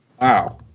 Wow